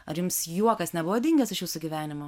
ar jums juokas nebuvo dingęs iš jūsų gyvenimo